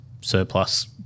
surplus